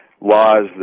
laws